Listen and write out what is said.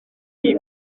iyi